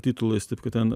titulais taip kad ten